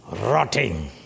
Rotting